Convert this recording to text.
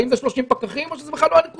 האם זה 30 פקחים או שזאת בכלל לא הנקודה.